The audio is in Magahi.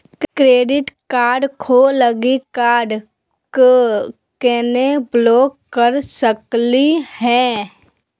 क्रेडिट कार्ड खो गैली, कार्ड क केना ब्लॉक कर सकली हे?